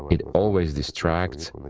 it always distracts,